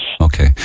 Okay